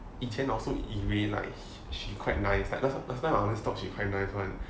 以前 also 以为 like she quite nice like last time last time I always thought she quite nice [one]